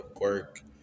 work